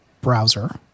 browser